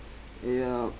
yup